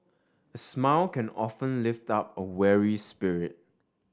a smile can often lift up a weary spirit